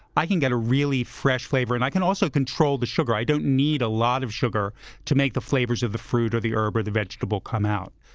i can get a really fresh flavor. and i can also control the sugar. i don't need a lot of sugar to make the flavors of the fruit, the herb or the vegetable come out.